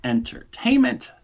Entertainment